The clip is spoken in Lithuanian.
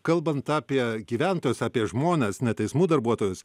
kalbant apie gyventojus apie žmones ne teismų darbuotojus